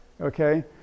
okay